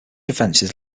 offenses